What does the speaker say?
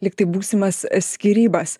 lyg tai būsimas skyrybas